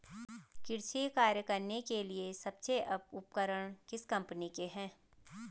कृषि कार्य करने के लिए सबसे अच्छे उपकरण किस कंपनी के हैं?